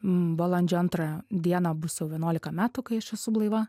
balandžio antrą dieną bus jau vienuolika metų kai aš esu blaiva